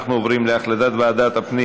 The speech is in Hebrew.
אנחנו עוברים להחלטת ועדת הפנים